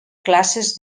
classes